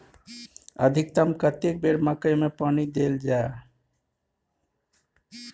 अधिकतम कतेक बेर मकई मे पानी देल जाय?